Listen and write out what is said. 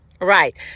Right